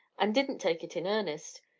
and didn't take it in earnest.